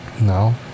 No